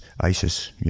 Isis